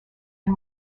and